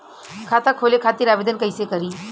खाता खोले खातिर आवेदन कइसे करी?